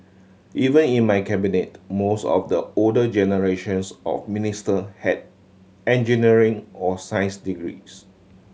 even in my Cabinet most of the older generations of minister had engineering or science degrees